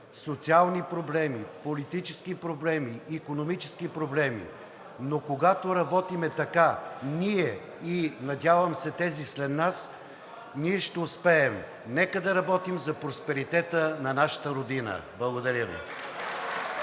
социални проблеми, политически проблеми, икономически проблеми, но когато работим така, ние и надявам се, тези след нас, ние ще успеем. Нека да работим за просперитета на нашата Родина. Благодаря Ви.